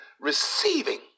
receiving